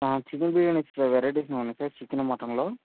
chicken బిర్యానీస్లో varieties ఏమున్నాయి sir chicken మటన్లో